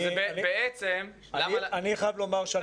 אני חייב לומר,